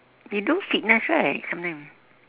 you do fitness right sometimes